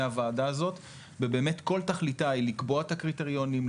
הוועדה הזאת ובאמת כל תכליתה הוא לקבוע את הקריטריונים,